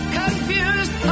confused